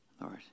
Lord